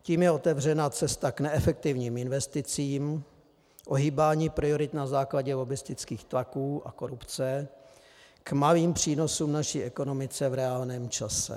Tím je otevřena cesta k neefektivním investicím, ohýbání priorit na základě lobbistických tlaků a korupce, k malým přínosům naší ekonomice v reálném čase.